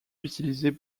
utilisés